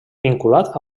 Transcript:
vinculat